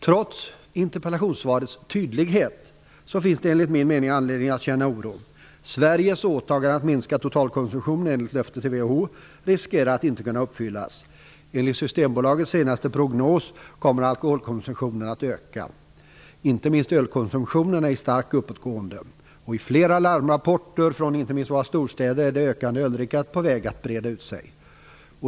Trots interpellationssvarets tydlighet finns det enligt min mening anledning att känna oro. Sveriges åtagande att minska totalkonsumtionen, enligt löfte till WHO, riskerar att inte kunna uppfyllas. Enligt Systembolagets senaste prognos kommer alkoholkonsumtionen att öka. Inte minst ölkonsumtionen är i starkt uppåtgående. Enligt flera larmrapporter, inte minst från våra storstäder, är det ökande öldrickandet på väg att breda ut sig.